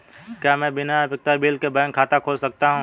क्या मैं बिना उपयोगिता बिल के बैंक खाता खोल सकता हूँ?